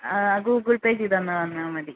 Google Pay ചെയ്ത് തന്ന് തന്നാൽ മതി